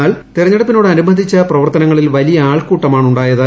എന്നാൽ തെരഞ്ഞെടുപ്പിനോടനുബന്ധിച്ച പ്രവർത്തനങ്ങളിൽ വലിയ ആൾക്കൂട്ടമാണ് ഉണ്ടായത്